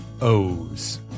o's